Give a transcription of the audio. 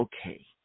okay